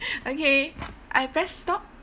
okay I press stop